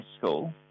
school